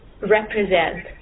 represent